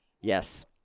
Yes